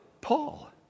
Paul